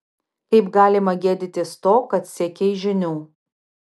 kaip galima gėdytis to kad siekei žinių